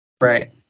right